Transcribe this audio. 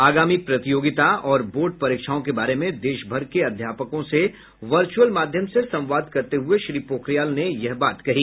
आगामी प्रतियोगिता और बोर्ड परीक्षाओं के बारे में देशभर के अध्यापकों से वर्चअल माध्यम से संवाद करते हुए श्री पोखरियाल ने यह बात कही